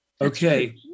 Okay